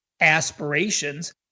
aspirations